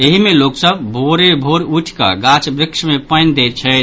एहि मे लोक सभ भोरे भोर उठि कऽ गाछ वृक्ष मे पानि दैत छथि